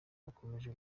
bukomeje